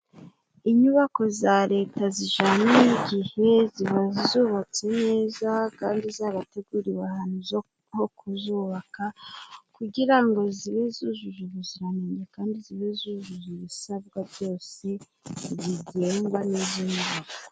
Inyubako za Leta zijanye n'igihe ziba zubatse neza kandi zarateguriwe ahantu ho kuzubaka kugira ngo zibe zujuje ubuziranenge kandi zibe zujuje ibisabwa byose zigengwa n'izindi.